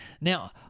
Now